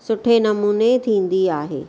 सुठे नमूने थींदी आहे